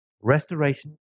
restoration